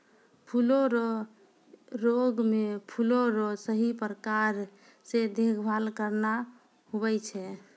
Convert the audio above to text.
फूलो रो रोग मे फूलो रो सही प्रकार से देखभाल करना हुवै छै